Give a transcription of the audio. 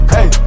Hey